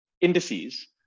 indices